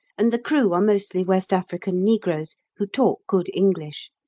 and the crew are mostly west african negroes, who talk good english.